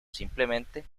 simplemente